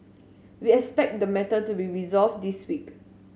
we expect the matter to be resolved this week